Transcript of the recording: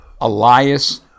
Elias